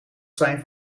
zijn